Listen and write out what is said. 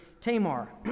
Tamar